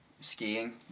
skiing